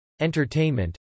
entertainment